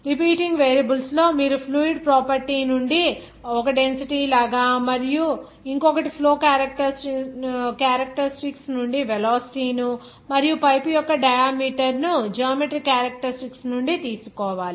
repeating variable లో మీరు fluid property నుండి ఒకటి డెన్సిటీ లాగా మరియు ఇంకొకటి ఫ్లో క్యారెక్టారిస్టిక్స్ నుండి వెలాసిటీ ను మరియు పైపు యొక్క డయామీటర్ ను జామెట్రీ క్యారెక్టారిస్టిక్స్ నుండి తీసుకోవాలి